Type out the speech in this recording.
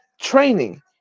training